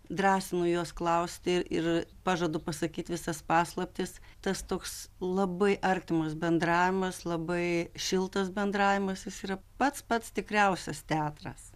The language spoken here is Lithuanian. drąsinu juos klausti ir pažadu pasakyt visas paslaptis tas toks labai artimas bendravimas labai šiltas bendravimas jis yra pats pats tikriausias teatras